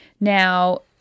Now